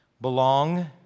Belong